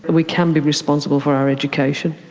we can be responsible for our education.